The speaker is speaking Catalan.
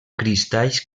cristalls